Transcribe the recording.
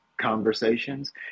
conversations